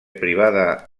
privada